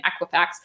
Equifax